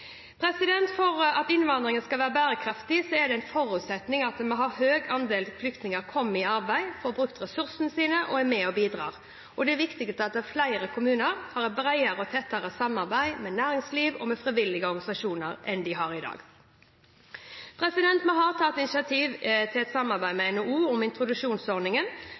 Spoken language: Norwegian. For at innvandringen skal være bærekraftig, er det en forutsetning at en høy andel flyktninger kommer i arbeid, får brukt ressursene sine og er med og bidrar. Det er viktig at flere kommuner har et bredere og tettere samarbeid med næringsliv og frivillige organisasjoner enn de har i dag. Vi har tatt initiativ til et samarbeid med NHO om introduksjonsordningen.